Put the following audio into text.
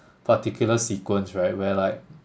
particular sequence right where like